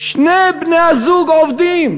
שני בני-הזוג עובדים,